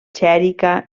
xèrica